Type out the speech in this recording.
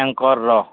ଆଙ୍କର୍ର